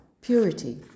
purity